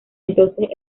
entonces